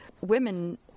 women